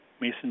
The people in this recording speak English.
mason